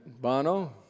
Bono